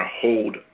hold